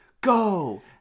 go